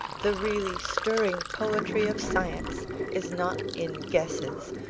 the really stirring poetry of science is not in guesses,